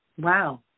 Wow